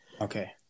okay